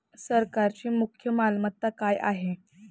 सरकारची मुख्य मालमत्ता काय आहे?